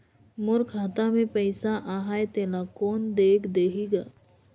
मोर खाता मे पइसा आहाय तेला कोन देख देही गा?